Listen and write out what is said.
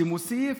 שמוסיף,